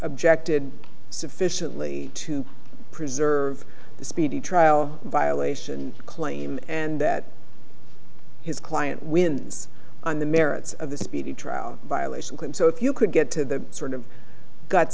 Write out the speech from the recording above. objected sufficiently to preserve the speedy trial violation claim and that his client wins on the merits of the speedy trial violation clean so if you could get to sort of guts